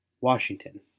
washington,